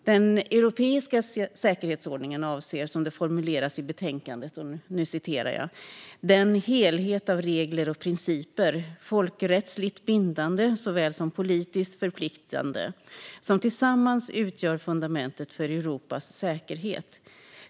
Den europeiska säkerhetsordningen avser, som det formuleras i betänkandet, "den helhet av regler och principer, folkrättsligt bindande såväl som politiskt förpliktande, som tillsammans utgör fundamentet för Europas säkerhet.